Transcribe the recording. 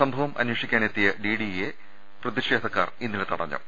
സംഭവം അന്വേഷിക്കാനെത്തിയ ഡിഡിഇ യെ പ്രതി ഷേധക്കാർ തടഞ്ഞു